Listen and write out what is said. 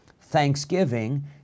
thanksgiving